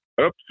Oops